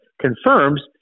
confirms